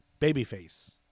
Babyface